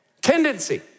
Tendency